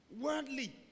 Worldly